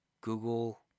Google